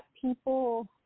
people